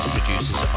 producers